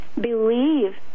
believe